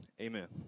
Amen